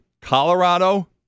Colorado